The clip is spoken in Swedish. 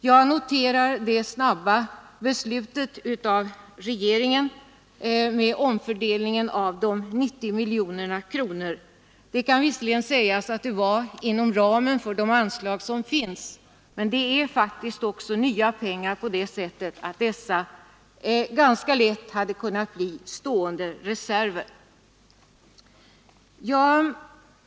Jag noterar regeringens snabba beslut om en omfördelning av de 90 miljoner kronorna. Det kan visserligen sägas att det skedde inom ramen för det anslag som finns, men det är faktiskt också fråga om nya pengar, eftersom de annars ganska lätt hade kunnat bli stående reserver.